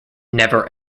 never